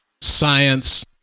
science